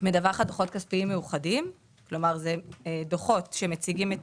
מדווחת דוחות כספיים מיוחדים שמציגים את